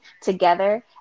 together